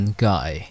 Guy